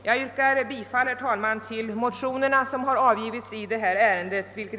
Jag yrkar bifall, herr talman, till motionerna som har avgivits i ärendet,